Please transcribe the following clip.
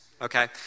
okay